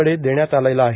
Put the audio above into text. कडे देण्यात आलेला आहे